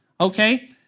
Okay